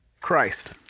Christ